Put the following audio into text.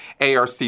ARC